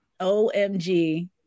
Omg